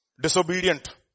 Disobedient